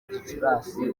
gicurasi